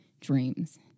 dreams